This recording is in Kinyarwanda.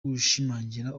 gushimangira